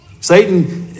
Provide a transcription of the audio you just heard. Satan